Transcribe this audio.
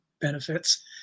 benefits